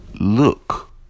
look